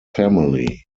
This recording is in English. family